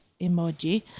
emoji